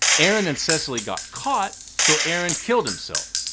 aaron and cecily got caught. so aaron killed himself.